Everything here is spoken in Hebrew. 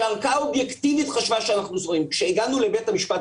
שערכאה אובייקטיבית חשבה שאנחנו --- כשהגענו לבית המשפט,